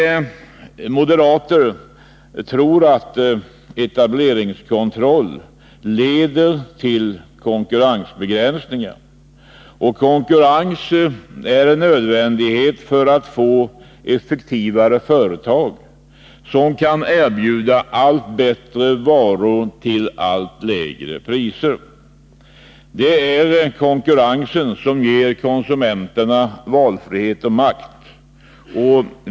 Vi moderater hävdar att etableringskontroll leder till konkurrensbegränsningar, men konkurrens är nödvändig för att få effektivare företag, som kan erbjuda allt bättre varor till allt lägre priser. Det är konkurrensen som ger konsumenterna valfrihet och makt.